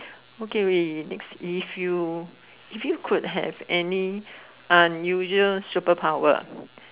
okay we next if you if you could have any unusual superpower